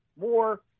more